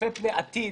צופה פני עתיד